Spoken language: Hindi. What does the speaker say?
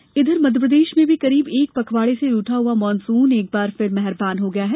बारिश इधर मध्यप्रदेश में भी करीब एक पखवाड़े से रूठा हआ मॉनसून एक बार फिर मेहरबान हो गया है